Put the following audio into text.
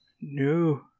No